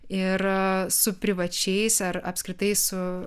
ir su privačiais ar apskritai su